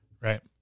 right